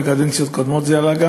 גם בקדנציות קודמות היא עלתה.